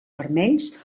vermells